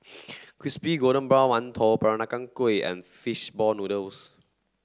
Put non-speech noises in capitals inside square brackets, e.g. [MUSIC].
[NOISE] crispy golden brown mantou Peranakan Kueh and fish ball noodles